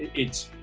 it's